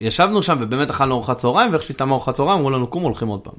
ישבנו שם ובאמת אכלנו ארוחת צהריים, ואיך שהסתיימה ארוחת הצהריים, אמרו לנו קומו הולכים עוד פעם.